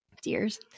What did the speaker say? deers